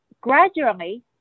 gradually